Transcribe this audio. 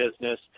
business